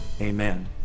amen